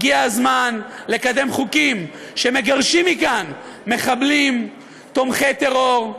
הגיע הזמן לקדם חוקים שמגרשים מכאן מחבלים תומכי טרור.